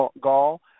Gall